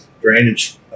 Drainage